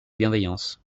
bienveillance